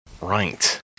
Right